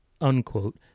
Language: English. unquote